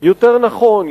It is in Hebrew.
יותר נכון,